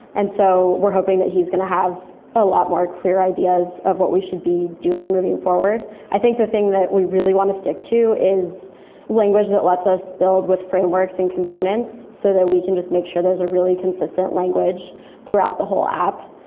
and so we're hoping that he's going to have a lot more clear ideas of what we should be doing moving forward i think the thing that we really want to stick to is language that lets us build with frameworks and components, so that we can just make sure there's a really consistent language throughout the whole app.